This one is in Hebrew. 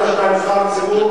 שכחת שאתה נבחר ציבור?